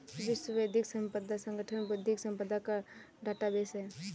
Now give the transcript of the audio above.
विश्व बौद्धिक संपदा संगठन बौद्धिक संपदा का डेटाबेस है